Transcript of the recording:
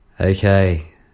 okay